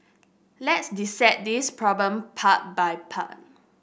let's dissect this problem part by part